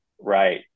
Right